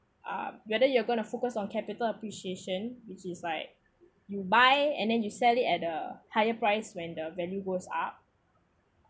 uh whether you are going to focus on capital appreciation which is like you buy and then you sell it at the higher price when the values goes up